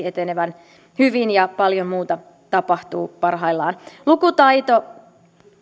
etenevän hyvin ja paljon muuta tapahtuu parhaillaan lukutaito